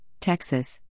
Texas